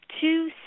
two